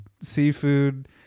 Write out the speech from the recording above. seafood